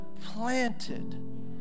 planted